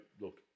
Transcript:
look